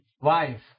Wife